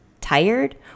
tired